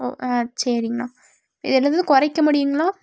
ஆ சரிங்ண்ணா எதாவது குறைக்க முடியுங்களா